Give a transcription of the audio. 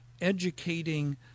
educating